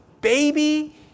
baby